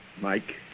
Mike